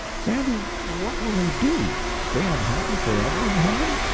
sandy, what will they do stay unhappy forever in heaven?